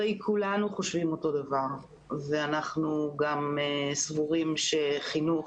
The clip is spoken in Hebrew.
הרי כולנו חושבים אותו דבר ואנחנו גם סבורים שחינוך